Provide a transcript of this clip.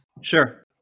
Sure